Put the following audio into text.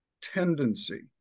tendency